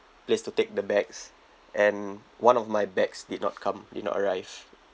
place to take the bags and one of my bags did not come did not arrive